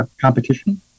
competition